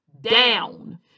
Down